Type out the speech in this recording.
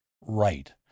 right